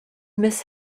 miss